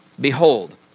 Behold